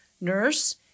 nurse